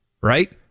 Right